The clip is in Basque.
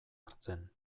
hartzen